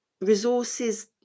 resources